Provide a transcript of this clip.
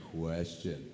question